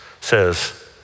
says